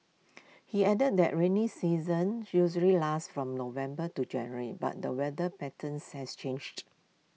he added that rainy season usually lasts from November to January but the weather patterns has changed